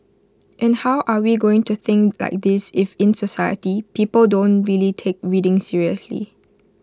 and how are we going to think like this if in society people don't really take reading seriously